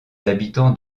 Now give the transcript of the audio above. habitants